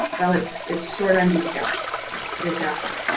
well it's it's short on details, let's put it that way.